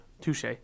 touche